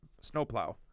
snowplow